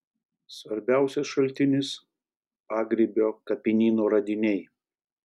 svarbiausias šaltinis pagrybio kapinyno radiniai